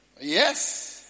Yes